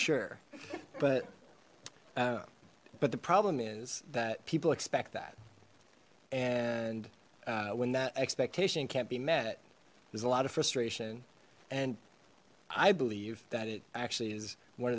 sure but but the problem is that people expect that and when that expectation can't be met there's a lot of frustration and i believe that it actually is one